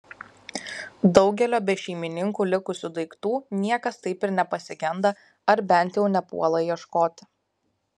daugelio be šeimininkų likusių daiktų niekas taip ir nepasigenda ar bent jau nepuola ieškoti